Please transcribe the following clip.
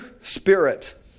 spirit